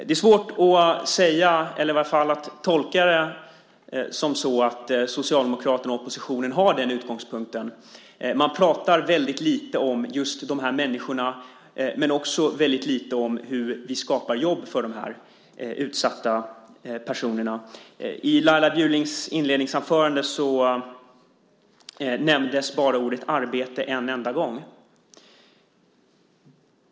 Det är svårt att tolka det så att Socialdemokraterna och oppositionen har den utgångspunkten. Man pratar väldigt lite om just de här människorna men också väldigt lite om hur vi skapar jobb för dessa utsatta personer. I Laila Bjurlings inledningsanförande nämndes ordet "arbete" bara en enda gång.